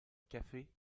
café